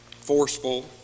forceful